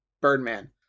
Birdman